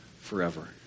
forever